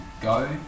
go